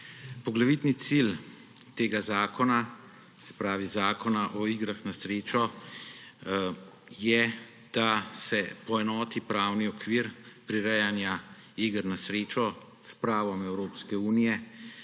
Poglavitni cilj tega zakona, se pravi zakona o igrah na srečo, je, da se poenoti pravni okvir prirejanja iger na srečo s pravom Evropske unije,